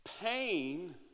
pain